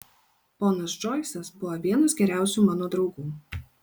ponas džoisas buvo vienas geriausių mano draugų